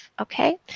okay